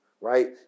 right